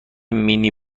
مینی